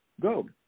go